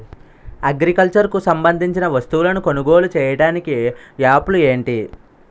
Agriculture కు సంబందించిన వస్తువులను కొనుగోలు చేయటానికి యాప్లు ఏంటి?